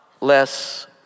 less